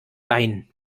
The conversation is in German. bein